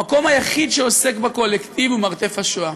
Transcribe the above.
המקום היחיד שעוסק בקולקטיב הוא "מרתף השואה".